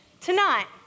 Tonight